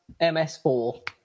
MS4